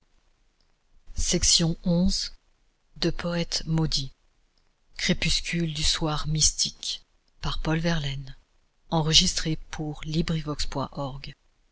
ii crépuscule du soir mystique